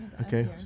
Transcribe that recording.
Okay